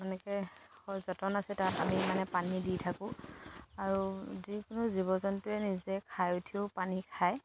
এনেকৈ স যতন আছে তাত আমি মানে পানী দি থাকোঁ আৰু যিকোনো জীৱ জন্তুৱে নিজে খাই উঠিও পানী খায়